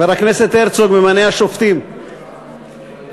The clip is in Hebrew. חבר הכנסת הרצוג ממנה השופטים, תודה.